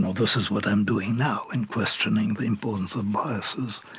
this is what i'm doing now in questioning the importance of biases.